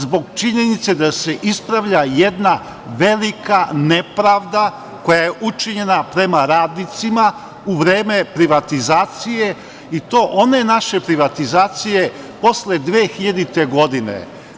Zbog činjenice da se ispravlja jedna velika nepravda koja je učinjena prema radnicima u vreme privatizacije, i to one naše privatizacije posle 2000. godine.